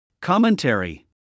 Commentary